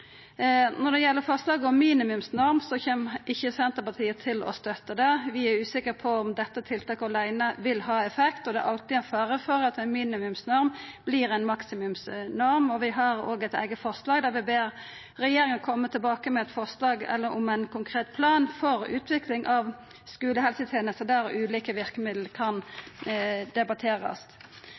Når det gjeld forslaget om minimumsnorm, kjem ikkje Senterpartiet til å støtta det. Vi er usikre på om dette tiltaket åleine vil ha effekt, og det er alltid ein fare for at ei minimumsnorm vert ei maksimumsnorm. Vi har òg eit eige forslag der vi ber regjeringa om å koma tilbake med ein konkret plan for utvikling av skulehelsetenesta, der ulike verkemiddel kan debatterast.